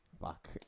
Fuck